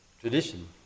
tradition